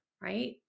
right